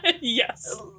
Yes